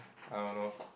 I don't know